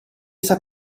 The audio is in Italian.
sta